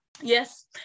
Yes